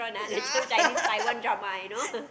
yeah